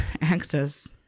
access